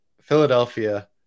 Philadelphia